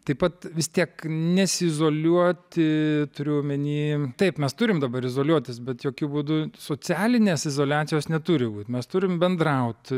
taip pat vis tiek nesizoliuoti turiu omeny taip mes turim dabar izoliuotis bet jokiu būdu socialinės izoliacijos neturi būt mes turim bendrauti